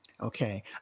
Okay